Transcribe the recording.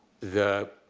the